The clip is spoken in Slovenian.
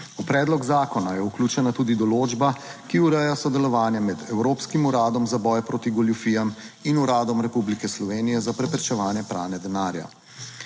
V predlog zakona je vključena tudi določba, ki ureja sodelovanje med Evropskim uradom za boj proti goljufijam in Uradom Republike Slovenije za preprečevanje pranja denarja.